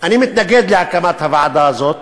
אני מתנגד להקמת הוועדה הזאת